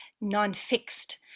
non-fixed